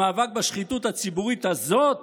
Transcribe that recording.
המאבק בשחיתות הציבורית הזאת